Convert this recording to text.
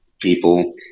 people